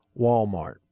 Walmart